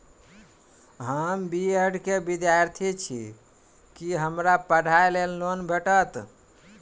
हम B Ed केँ विद्यार्थी छी, की हमरा पढ़ाई लेल लोन भेटतय?